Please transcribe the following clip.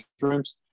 rooms